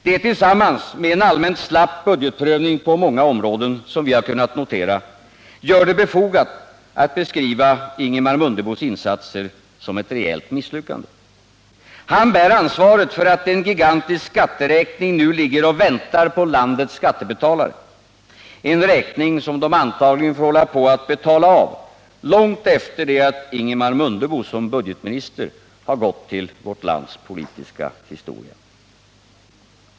Detta tillsammans med en allmänt slapp budgetprövning på många områden, som vi har kunnat notera, gör det befogat att beskriva Ingemar Mundebos insatser som ett rejält misslyckande. Han bär ansvaret för att en gigantisk skatteräkning nu ligger och väntar på landets skattebetalare, en räkning som de antagligen får hålla på att betala av långt efter det att Ingemar Mundebo som budgetminister har gått till vårt lands politiska historia.